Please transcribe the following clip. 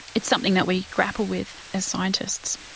it's something that we grapple with as scientists.